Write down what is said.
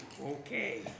Okay